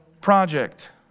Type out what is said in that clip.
project